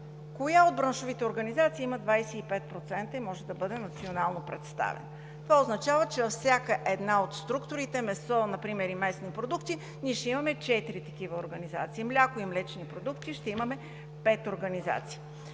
коя от браншовите организации има 25% и може да бъде национално представена. Това означава, че във всяка една от структурите, например месо и месни продукти, ние ще имаме четири такива организации, а за мляко и млечни продукти ще имаме пет организации.